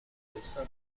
circulation